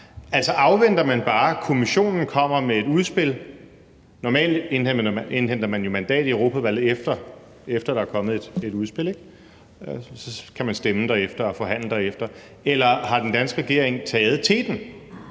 afventer man bare, at Kommissionen kommer med et udspil? Normalt indhenter man jo mandat i Europaudvalget, efter at der er kommet et udspil, og så kan man stemme derefter og forhandle derefter. Eller har den danske regering taget teten?